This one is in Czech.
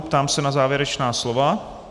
Ptám se na závěrečná slova.